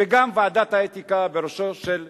וגם ועדת האתיקה בראשותו של,